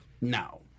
No